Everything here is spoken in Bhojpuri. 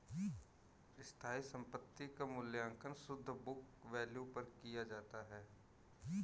स्थायी संपत्ति क मूल्यांकन शुद्ध बुक वैल्यू पर किया जाता है